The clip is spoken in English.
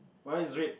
one is red